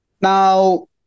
Now